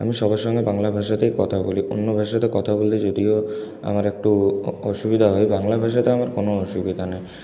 আমি সবার সঙ্গে বাংলা ভাষাতেই কথা বলি অন্য ভাষাতে কথা বলতে যদিও আমার একটু অসুবিধা হয় বাংলা ভাষাতে আমার কোনো অসুবিধা নেই